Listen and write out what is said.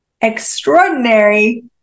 extraordinary